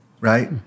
Right